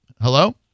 hello